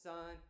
Son